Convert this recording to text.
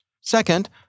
Second